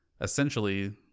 essentially